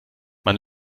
man